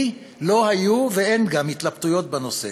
לי לא היו, ואין גם, התלבטויות בנושא.